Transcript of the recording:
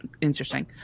interesting